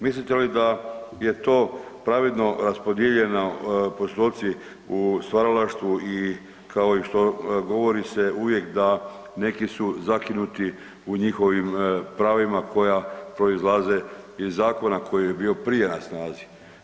Mislite li da je to pravedno raspodijeljeno, postotci, u stvaralaštvu i kao i što govori se uvijek neki su zakinuti u njihovim pravima koja proizlaze iz zakona koji je bio prije na snazi?